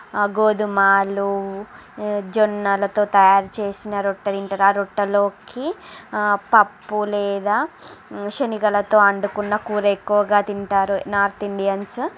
గోధుమలు జొన్నలతో తయారు చేసిన రొట్టె తింటారు ఆ రొట్టెలోకి పప్పు లేదా శెనగలతో వండుకున్న కూర ఎక్కువగా తింటారు నార్త్ ఇండియన్స్